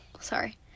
sorry